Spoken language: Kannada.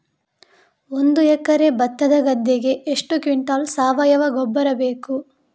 ಒಂದು ಎಕರೆ ಭತ್ತದ ಗದ್ದೆಗೆ ಎಷ್ಟು ಕ್ವಿಂಟಲ್ ಸಾವಯವ ಗೊಬ್ಬರ ಬೇಕು?